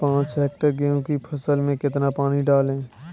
पाँच हेक्टेयर गेहूँ की फसल में कितना पानी डालें?